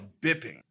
bipping